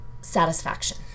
satisfaction